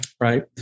Right